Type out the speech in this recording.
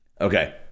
Okay